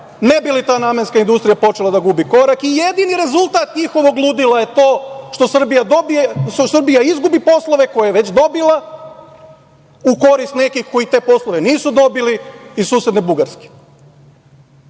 ne bi li ta namenska industrija počela da gubi korak i jedini rezultat njihovog ludila je to što Srbija izgubi poslove koje je već dobila u korist nekih koji te poslove nisu dobili, iz susedne Bugarske.